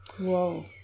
Whoa